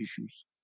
issues